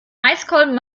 maiskolben